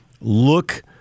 look